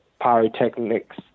pyrotechnics